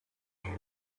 him